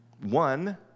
One